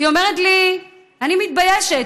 היא אומרת לי: אני מתביישת,